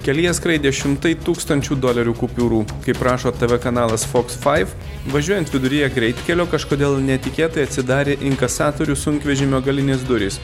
kelyje skraidė šimtai tūkstančių dolerių kupiūrų kaip rašo tv kanalas foks faiv važiuojant viduryje greitkelio kažkodėl netikėtai atsidarė inkasatorių sunkvežimio galinės durys